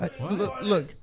Look